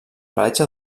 paratge